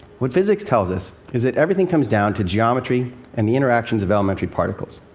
what physics tells us is that everything comes down to geometry and the interactions of elementary particles.